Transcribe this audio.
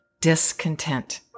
discontent